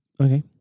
Okay